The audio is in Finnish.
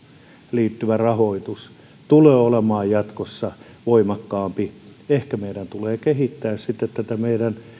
liittyvä rahoitus tulee olemaan jatkossa voimakkaampi ehkä meidän tulee kehittää sitten tätä meidän